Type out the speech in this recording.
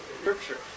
scripture